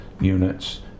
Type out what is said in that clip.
units